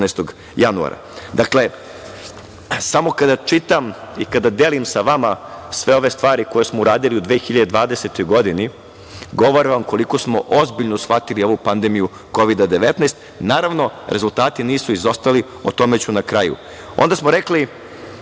januara. Dakle, samo kada čitam i kada delim sa vama sve ove stvari koje smo uradili u 2020. godini, govore vam koliko smo ozbiljno shvatili ovu pandemiju Kovida-19. Naravno, rezultati nisu izostali, o tome ću na kraju. Onda smo rekli,